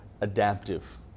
adaptive